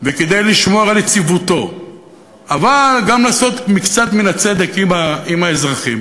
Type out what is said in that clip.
וכדי לשמור על יציבותו אבל גם לעשות מקצת מן הצדק עם האזרחים,